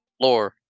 Lore